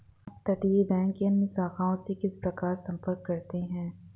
अपतटीय बैंक अन्य शाखाओं से किस प्रकार संपर्क करते हैं?